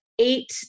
eight